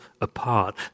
apart